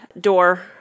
door